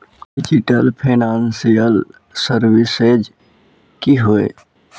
Digital financial services की होय?